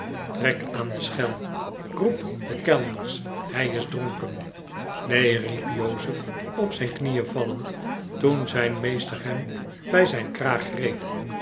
trek aan de schel roep de kellners hij is dronken neen riep jozef op zijn knieenvallend toen zijn meester hem bij zijn kraag greep